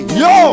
yo